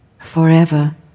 forever